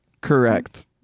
Correct